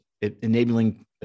enabling